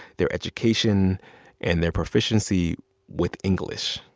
their education and their proficiency with english,